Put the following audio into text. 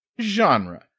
genre